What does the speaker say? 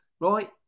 right